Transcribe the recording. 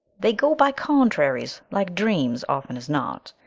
they go by contraries, like dreams, often as not.